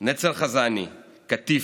נצר חזני, קטיף,